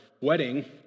wedding